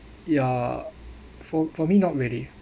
ya for for me not really